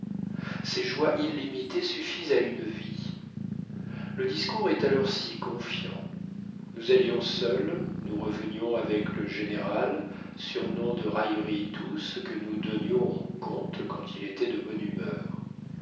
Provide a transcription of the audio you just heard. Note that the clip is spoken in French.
ces joies illimitées suffisent à une vie le discours est alors si confiant nous allions seuls nous revenions avec le général surnom de raillerie douce que nous donnions au comte quand il était de bonne humeur